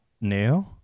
new